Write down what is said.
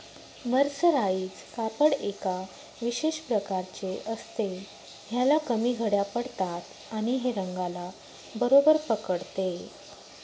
mercerise कापड एका विशेष प्रकारचे असते, ह्याला कमी घड्या पडतात आणि हे रंगाला बरोबर पकडते